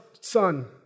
son